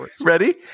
Ready